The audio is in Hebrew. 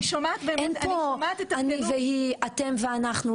אין פה אני והיא, אתם ואנחנו.